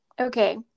Okay